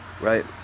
right